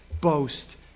boast